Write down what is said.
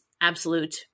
absolute